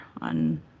on